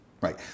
right